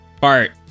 Bart